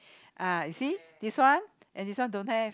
uh you see this one and this one don't have